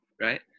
right